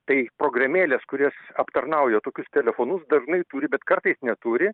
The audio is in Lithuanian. tai programėlės kurios aptarnauja tokius telefonus dažnai turi bet kartais neturi